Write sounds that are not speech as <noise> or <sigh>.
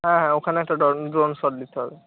হ্যাঁ হ্যাঁ ওখানে একটা <unintelligible> ড্রোন শট নিতে হবে